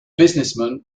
businessman